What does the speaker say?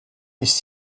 ist